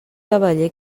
cavaller